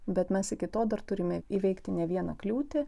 bet mes iki to dar turime įveikti ne vieną kliūtį